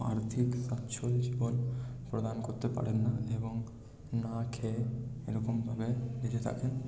আর্থিক সচ্ছল জীবন প্রদান করতে পারেন না এবং না খেয়ে এরকমভাবে বেঁচে থাকেন